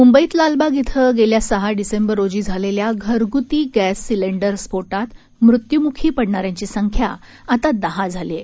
मुंबईत लालबाग इथं गेल्या सहा डिसेंबर रोजी झालेल्या घरगुती गॅस सिलेंडर स्फोटात मृत्युमुखी पडणाऱ्यांची संख्या आता दहा झाली आहे